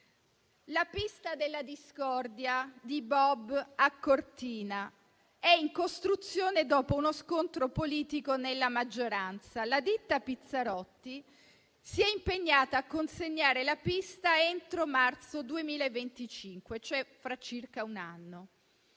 La pista della discordia da bob a Cortina è in costruzione, dopo uno scontro politico nella maggioranza. La ditta Pizzarotti si è impegnata a consegnare la pista entro marzo 2025, cioè fra circa un anno,